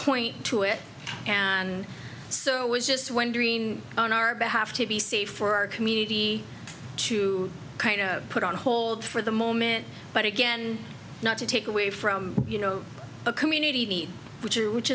point to it and so was just wondering on our behalf to be safe for our community to kind of put on hold for the moment but again not to take away from you know a community which are which